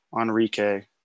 enrique